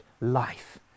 life